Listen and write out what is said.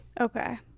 Okay